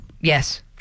Yes